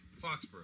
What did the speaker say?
Foxborough